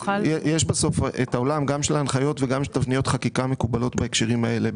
יש בסוף את העולם גם של ההנחיות וגם תבניות חקיקה מקובלות בהקשרים האלה.